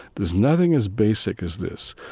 there's nothing as basic as this,